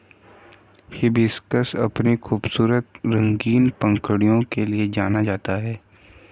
hibiscus अपनी खूबसूरत रंगीन पंखुड़ियों के लिए जाना जाता है